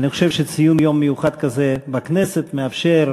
אני חושב שציון יום מיוחד כזה בכנסת מאפשר,